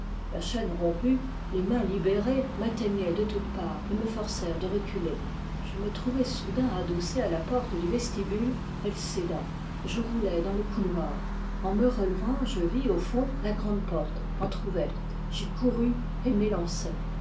la chaîne rompue les mains libérées m'atteignaient de toutes parts et me forcèrent de reculer je me trouvai soudain adossé à la porte du vestibule elle céda je roulai dans le couloir en me relevant je vis au fond la grande porte entr'ouverte j'y courus